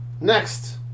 Next